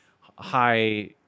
high